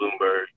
Bloomberg